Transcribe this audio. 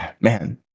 Man